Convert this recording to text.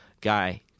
guy